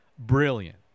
Brilliant